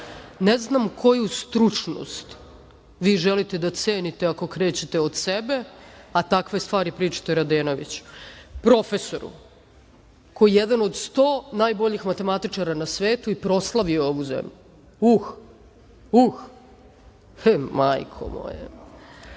znam koju stručnost vi želite da cenite, ako krećete od sebe, a takve stvari pričate Radenoviću, profesoru, koji je jedan od 100 najboljih matematičara na svetu i proslavio ovu zemlju. Uh, uh, majko